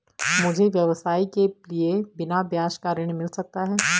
मुझे व्यवसाय के लिए बिना ब्याज का ऋण मिल सकता है?